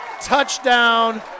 Touchdown